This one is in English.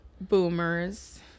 Boomers